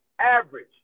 Average